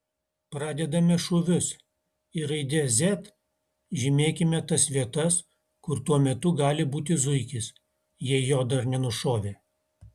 pradedame šūvius ir raide z žymėkime tas vietas kur tuo metu gali būti zuikis jei jo dar nenušovė